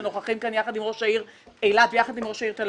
שנוכחים כאן יחד עם ראש העיר אילת ויחד עם ראש העיר תל